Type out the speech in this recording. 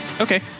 Okay